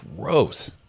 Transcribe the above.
Gross